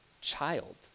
child